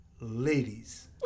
Ladies